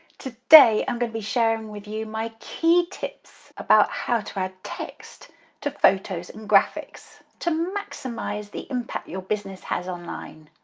today i'm going to be sharing with you my key tips about how to add text to photos and graphics to maximise the impact your business has online.